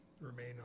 remain